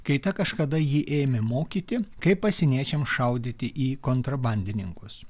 kai ta kažkada ji ėmė mokyti kaip pasieniečiams šaudyti į kontrabandininkus